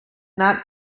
not